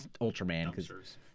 Ultraman